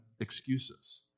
excuses